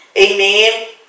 Amen